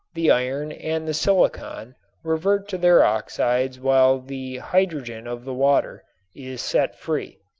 the iron and the silicon revert to their oxides while the hydrogen of the water is set free.